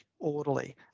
orderly